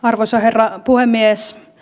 arvoisa herra puhemies